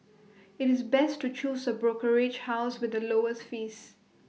IT is best to choose A brokerage house with the lowest fees